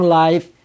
life